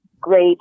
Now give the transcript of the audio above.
great